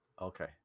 Okay